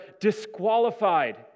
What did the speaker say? disqualified